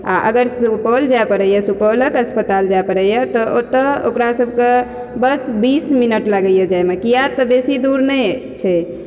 आ अगर सुपौल जाय पड़ैया सुपौलक अस्पताल जाय पड़ैया तऽ ओत्तो ओकरा सबके बस बीस मिनट लागैया जायमे कियाक तऽ बेसी दूर नहि छै